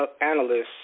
analysts